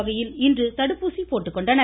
வகையில் இன்று தடுப்பூசி போட்டுக் கொண்டனர்